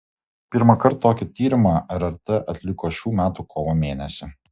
pirmąkart tokį tyrimą rrt atliko šių metų kovo mėnesį